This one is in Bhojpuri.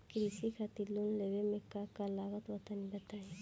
कृषि खातिर लोन लेवे मे का का लागत बा तनि बताईं?